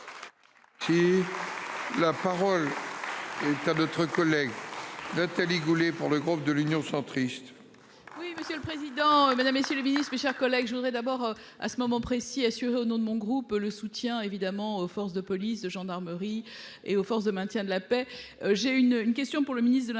Et tu as d'autres collègues. Nathalie Goulet, pour le groupe de l'Union centriste. Oui, monsieur le président, mesdames, messieurs le visites, mes chers collègues, je voudrais d'abord à ce moment précis assuré au nom de mon groupe. Le soutien évidemment aux forces de police, de gendarmerie et aux forces de maintien de la paix. J'ai une, une question pour le ministre de l'Intérieur